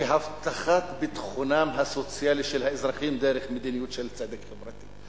והבטחת ביטחונם הסוציאלי של האזרחים דרך מדיניות של צדק חברתי,